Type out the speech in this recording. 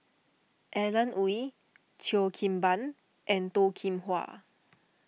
Alan Oei Cheo Kim Ban and Toh Kim Hwa